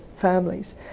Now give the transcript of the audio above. families